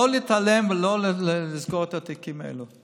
לא להתעלם ולסגור את התיקים האלה.